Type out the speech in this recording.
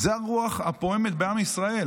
זה הרוח הפועמת בעם ישראל.